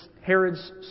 Herod's